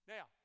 Now